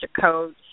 coach